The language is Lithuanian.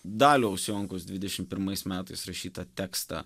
daliaus jonkaus dvidešimt pirmais metais rašytą tekstą